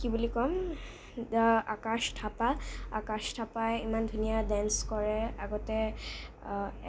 কি বুলি ক'ম দা আকাশ থাপা আকাশ থাপাই ইমান ধুনীয়া ডেন্স কৰে আগতে এখন